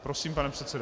Prosím, pane předsedo.